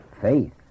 Faith